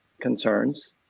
concerns